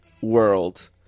world